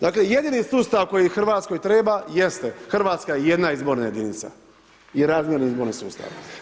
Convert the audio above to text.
Dakle, jedini sustav koji Hrvatskoj treba, jeste hrvatska jedna izborna jedinica i razmjerni izborni sustav.